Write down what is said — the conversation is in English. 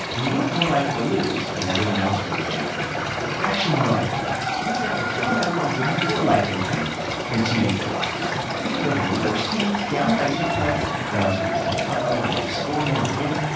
they weren't more likely to lose as everyone else would've been if they were behind. they were actually more likely to win. teams that were down by one were more likely to win than teams that were up by one, even though they were worse teams. down by two points relative to the teams that were up by one, they had to score more to win.